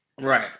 Right